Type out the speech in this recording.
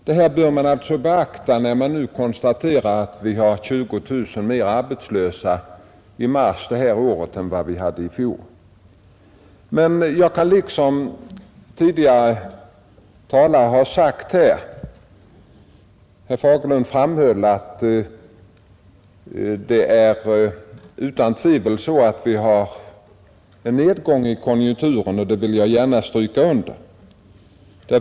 Detta bör vi beakta när vi nu konstaterar att vi i mars i år har 20 000 flera arbetslösa än vi hade i mars föregående år. Herr Fagerlund framhöll, att vi nu utan tvivel har en nedgång i konjunkturen, vilket jag gärna vill stryka under.